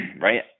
right